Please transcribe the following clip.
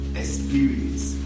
experience